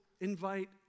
invite